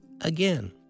again